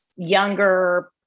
younger